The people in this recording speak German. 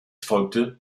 folgte